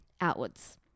outwards